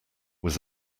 was